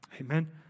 Amen